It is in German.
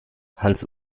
hans